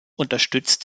unterstützt